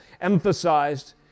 emphasized